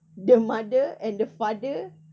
the mother and the father